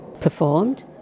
performed